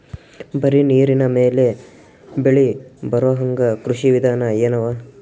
ಬರೀ ನೀರಿನ ಮೇಲೆ ಬೆಳಿ ಬರೊಹಂಗ ಕೃಷಿ ವಿಧಾನ ಎನವ?